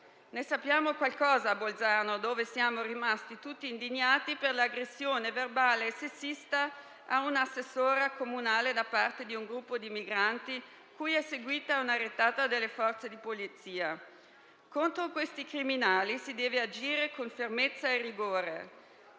Ne sappiamo qualcosa a Bolzano, dove siamo rimasti tutti indignati per l'aggressione verbale sessista a un assessore comunale da parte di un gruppo di migranti, cui è seguita una retata delle forze di polizia. Contro questi criminali si deve agire con fermezza e rigore.